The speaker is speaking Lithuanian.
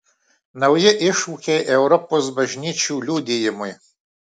nauji iššūkiai europos bažnyčių liudijimui